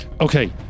Okay